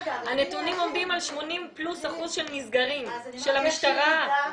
הנתונים עומדים על יותר מ-80% שנסגרים, של המשטרה.